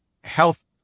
health